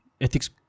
ethics